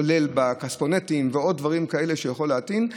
כולל בכספונטים ובעוד דברים כאלה שבהם הוא יכול להטעין,